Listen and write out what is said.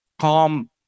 calm